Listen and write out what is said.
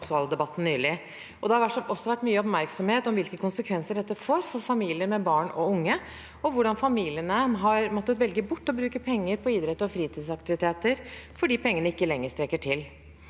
Det har også vært mye oppmerksomhet om hvilke konsekvenser dette får for familier med barn og unge, og om hvordan familiene har måttet velge bort å bruke penger på idrett og fritidsaktiviteter fordi pengene ikke lenger strekker til.